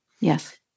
Yes